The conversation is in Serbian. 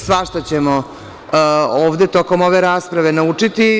Svašta ćemo ovde tokom ove rasprave naučiti.